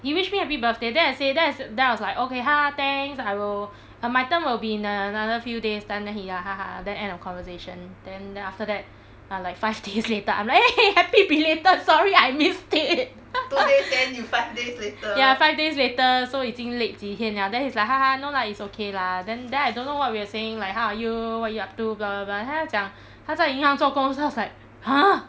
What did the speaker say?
he wish me happy birthday then I say then I was like okay thanks I will um my turn will be in a another few days time then he ya then end of conversation then then after that uh like five days later I'm like eh !hey! happy belated sorry I missed it ya five days later so 已经 late 几天了 then he's like no lah it's okay lah then then I don't know what we are saying like how are you what are you up to blah blah blah then 他讲他在银行做工 so I was like !huh!